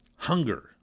Hunger